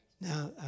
Now